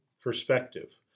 perspective